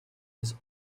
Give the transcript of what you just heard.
his